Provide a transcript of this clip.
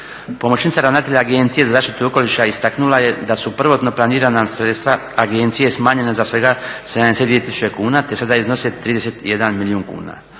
Pomoćnica ravnatelja Agencije za zaštitu okoliša istaknula je da su prvotno planirana sredstva agencije smanjena za svega 72 tisuće kuna te sada iznose 31 milijun kuna.